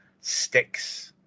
sticks